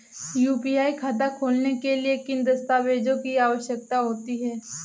UPI खाता खोलने के लिए किन दस्तावेज़ों की आवश्यकता होती है?